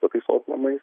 pataisos namais